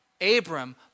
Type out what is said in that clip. Abram